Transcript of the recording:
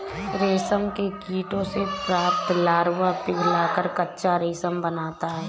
रेशम के कीड़ों से प्राप्त लार्वा पिघलकर कच्चा रेशम बनाता है